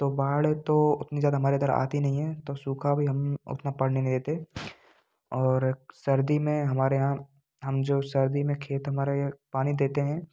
तो बाढ़ तो उतनी ज़्यादा हमारे इधर आती नहीं है तो सूखा भी हम उतना पड़ने नहीं देते और सर्दी में हमारे यहाँ हम जो सर्दी में खेत हमारे यहाँ पानी देते हैं